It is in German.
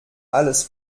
alles